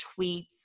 tweets